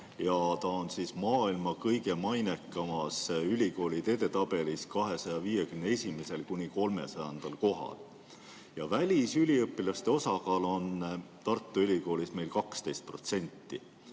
ja ta on maailma kõige mainekamas ülikoolide edetabelis 251.–300. kohal. Välisüliõpilaste osakaal on Tartu Ülikoolis meil 12%.